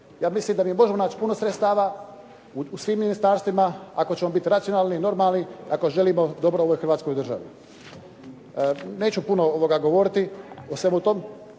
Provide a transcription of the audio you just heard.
Ja mislim da mi možemo naći puno sredstava u svim ministarstvima ako ćemo biti racionalni i normalni ako želimo dobro ovoj Hrvatskoj državi. Neću puno govoriti o svemu tome.